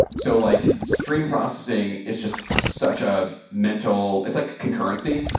so like stream processing is just such a mental it's like concurrency,